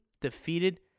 defeated